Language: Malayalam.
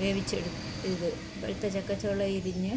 വേവിച്ചെടുത്തത് പഴുത്ത ചക്കച്ചുള ഇരിഞ്ഞ്